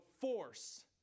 force